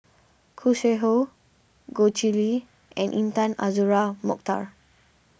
Khoo Sui Hoe Goh Chiew Lye and Intan Azura Mokhtar